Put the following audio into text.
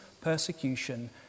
persecution